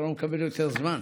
אתה לא מקבל יותר זמן.